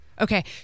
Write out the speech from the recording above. Okay